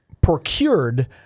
procured